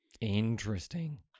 Interesting